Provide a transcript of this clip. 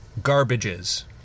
garbages